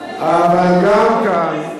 אבל גם כאן,